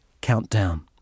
Countdown